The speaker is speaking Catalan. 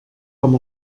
com